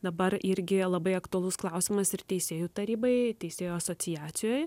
dabar irgi labai aktualus klausimas ir teisėjų tarybai teisėjų asociacijoj